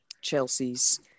Chelsea's